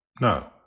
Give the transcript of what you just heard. No